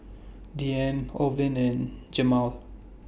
Deanne Orvin and Jemal